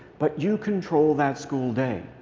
but you control that school day.